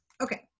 Okay